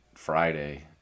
Friday